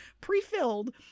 pre-filled